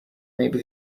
maybe